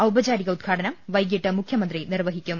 ഔപചാരിക ഉദ്ഘാടനം വൈകിട്ട് മുഖ്യമന്ത്രി നിർവഹിക്കും